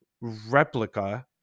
replica